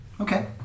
Okay